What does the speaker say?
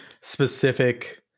specific